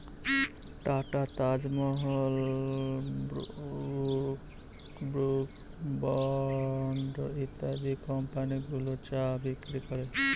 tata, Taj Mahal, Brooke Bond ইত্যাদি company গুলো চা বিক্রি করে